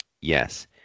Yes